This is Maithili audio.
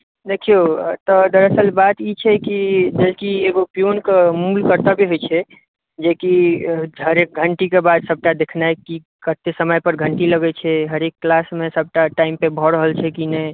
देखियौ एतय दरअसल बात ई छै कि जे कि एगो पीयूनके मूल कर्तव्य होइत छै जे कि हरेक घण्टीके बाद सभटा देखनाइ कि कतेक समयपर घण्टी लगैत छै हरेक क्लासमे सभटा टाइमसँ भऽ रहल छै की नहि